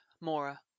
Mora